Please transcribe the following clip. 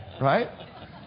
right